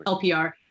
LPR